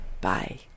Bye